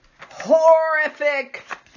Horrific